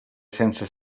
sense